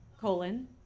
colon